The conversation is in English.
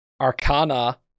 arcana